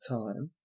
time